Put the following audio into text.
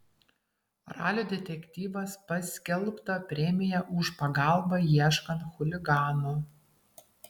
ralio detektyvas paskelbta premija už pagalbą ieškant chuliganų